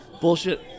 bullshit